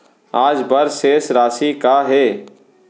आज बर शेष राशि का हे?